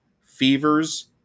Fevers